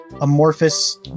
amorphous